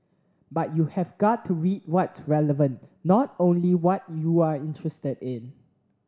but you have got to read what's relevant not only what you're interested in